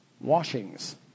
washings